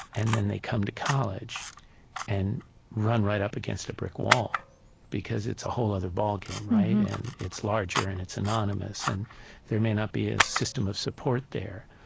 and then they come to college and run right up against a brick wall because it's a whole other ballgame, right? and it's larger and it's anonymous and there may not be a system of support there.